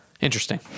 interesting